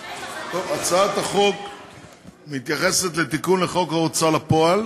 הצעת החוק מציעה תיקון לחוק ההוצאה לפועל,